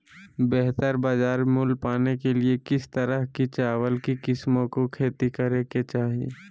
बेहतर बाजार मूल्य पाने के लिए किस तरह की चावल की किस्मों की खेती करे के चाहि?